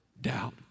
doubt